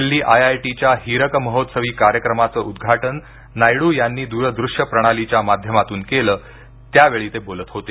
दिल्ली आयआयटीच्या हीरक महोत्सवी कार्यक्रमाचं उद्घाटन नायडू यांनी दूरदृश्य प्रणालीच्या माध्यमातून केलं त्यावेळी ते बोलत होते